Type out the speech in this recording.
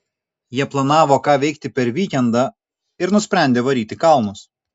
jie planavo ką veikti per vykendą ir nusprendė varyt į kalnus